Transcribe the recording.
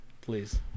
Please